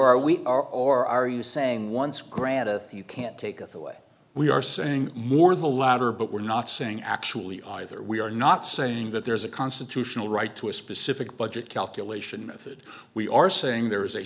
are we are or are you saying once grant a you can't take it the way we are saying more the latter but we're not saying actually either we are not saying that there's a constitutional right to a specific budget calculation method we are saying there is a